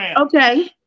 Okay